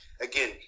again